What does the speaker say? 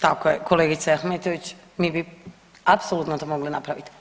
Tako je kolegice Ahmetović mi bi apsolutno to mogli napravit.